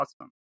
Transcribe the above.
Awesome